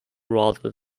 rather